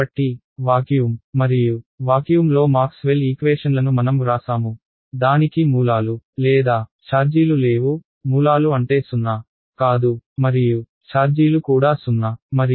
కాబట్టి వాక్యూమ్ మరియు వాక్యూమ్లో మాక్స్వెల్ ఈక్వేషన్లను మనం వ్రాసాము దానికి మూలాలు లేదా ఛార్జీలు లేవు మూలాలు అంటే 0 కాదు మరియు ఛార్జీలు కూడా 0 మరియు కరెంట్ కూడా 0